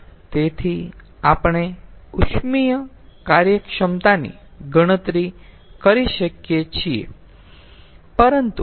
તેથી આપણે ઉષ્મીય કાર્યક્ષમતાની ગણતરી કરી શકીએ છીએ